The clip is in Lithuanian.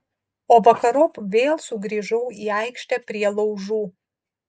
o vakarop vėl sugrįžau į aikštę prie laužų